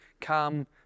come